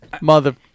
Mother